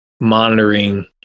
monitoring